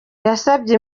yasabye